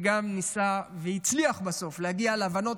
וגם ניסה,